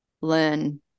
learn